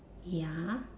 ya